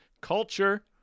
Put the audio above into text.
culture